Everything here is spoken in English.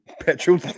petrol